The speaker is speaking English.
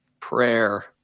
prayer